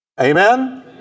Amen